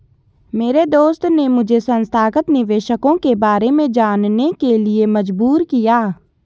मेरे दोस्त ने मुझे संस्थागत निवेशकों के बारे में जानने के लिए मजबूर किया